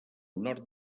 nord